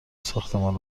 ساختمان